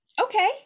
Okay